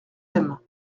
aime